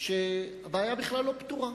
שהבעיה בכלל לא פתורה.